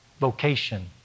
vocation